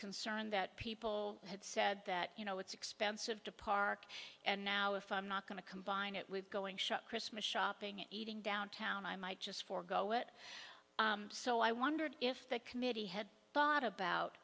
concerned that people had said that you know it's expensive to park and now if i'm not going to combine it with going shop christmas shopping and eating downtown i might just forego it so i wondered if the committee had thought about